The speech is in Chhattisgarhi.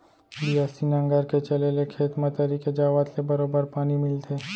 बियासी नांगर के चले ले खेत म तरी के जावत ले बरोबर पानी मिलथे